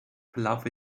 verlaufe